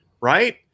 right